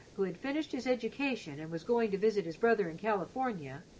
who had finished his education and was going to visit his brother in california,